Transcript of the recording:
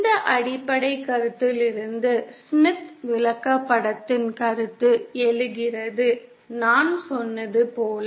இந்த அடிப்படை கருத்திலிருந்து ஸ்மித் விளக்கப்படத்தின் கருத்து எழுகிறது நான் சொன்னது போல